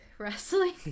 wrestling